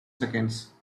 seconds